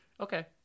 Okay